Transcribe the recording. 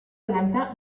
planta